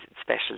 Special